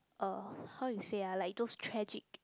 uh how you say ah like those tragic